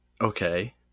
okay